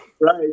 Right